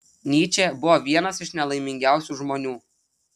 nyčė buvo vienas iš nelaimingiausių žmonių